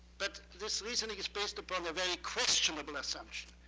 but this reasoning is based upon a very questionable assumption,